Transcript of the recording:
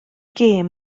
gêm